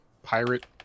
pirate